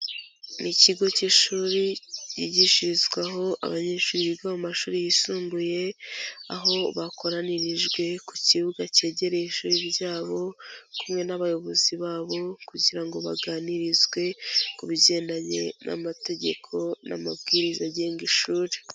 Ni ikigo cy'ishuri cyigishirizwaho abanyeshuri biga mu mashuri yisumbuye, aho bakoranirijwe ku kibuga cyegereye ishuri ryabo kumwe n'abayobozi babo kugira ngo baganirizwe ku bigendanye n'amategeko n'amabwiriza agenga ishuri.